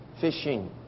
Fishing